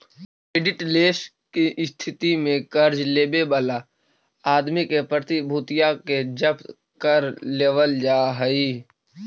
creditless के स्थिति में कर्ज लेवे वाला आदमी के प्रतिभूतिया के जब्त कर लेवल जा हई